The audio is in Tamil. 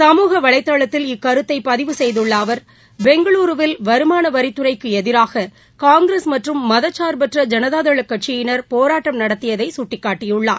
சமூக வலைதளத்தில் இக்கருத்தை பதிவு செய்துள்ள அவர் பெங்களுருவில் வருமானவரித்துறைக்கு எதிராக காங்கிரஸ் மற்றும் மதசார்பற்ற ஜனதாதள கட்சியினர் போராட்டம் நடத்தியதை சுட்டிக்காட்டியுள்ளார்